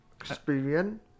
Experience